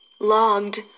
Logged